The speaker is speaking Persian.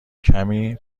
کمی